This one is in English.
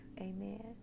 Amen